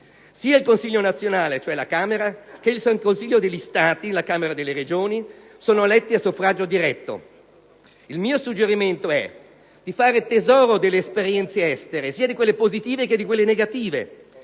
Sia il Consiglio nazionale, cioè la Camera, che il Consiglio degli Stati, la Camera delle Regioni, sono eletti a suffragio diretto. Il mio suggerimento è di fare tesoro delle esperienze estere, sia di quelle positive che di quelle negative,